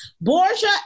Borgia